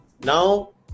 Now